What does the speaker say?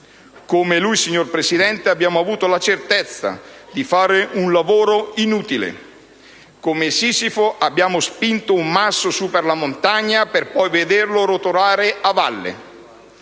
come lui, signor Presidente, abbiamo avuto la certezza di fare un lavoro inutile; come Sisifo abbiamo spinto un masso su per la montagna per poi vederlo rotolare a valle.